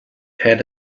had